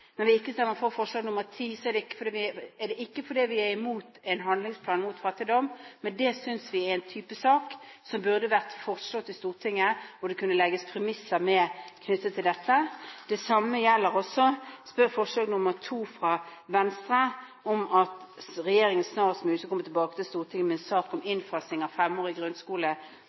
Når vi ikke stemmer for forslag nr. 10, er det ikke fordi vi er imot en handlingsplan mot fattigdom, men vi synes det er en type sak som burde vært foreslått i Stortinget på en måte hvor det kunne legges premisser knyttet til dette. Det samme gjelder også forslag nr. 2, fra Venstre, om at regjeringen snarest mulig skal komme tilbake til Stortinget med sak om innfasing av